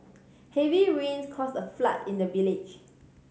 heavy rains caused a flood in the village